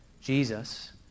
Jesus